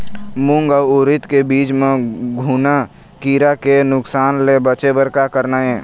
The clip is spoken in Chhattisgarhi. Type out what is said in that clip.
मूंग अउ उरीद के बीज म घुना किरा के नुकसान ले बचे बर का करना ये?